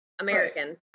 American